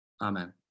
Amen